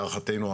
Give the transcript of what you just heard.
להערכתו,